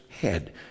head